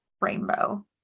rainbow